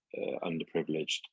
underprivileged